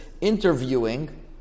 interviewing